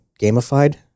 gamified